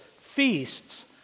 feasts